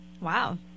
Wow